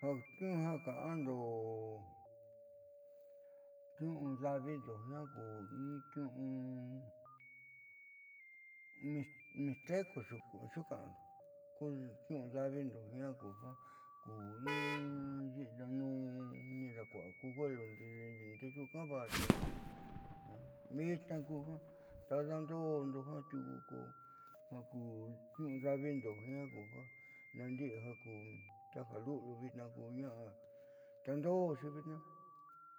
Ja ka'ando niu'u daavindo jiaa kuu in niu'u mixteco xuuka'ando ku niu'u daavindo jiaa ku ja di'inanuun nidakua'a ku huelundo ndexuukaa vaxi jiaá vitnaa ku ja tadando'ondo jiaa tiuku ko ja ku niu'u daavindo jiaa ku ja nandi'i ja ku ta ja luliu vitnaa ko ña'a tandooxi vitnaa.